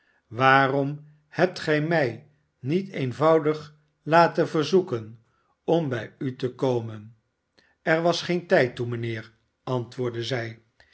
waarom hebt gij mij niet eenvoudig laten verzoeken om bij u te komen er was geen tijd toe mijnheer antwoordde zij